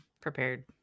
prepared